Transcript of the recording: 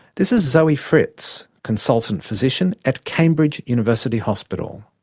this is zoe fritz, consultant physician at cambridge university hospital.